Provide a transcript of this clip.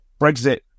Brexit